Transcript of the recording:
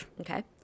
Okay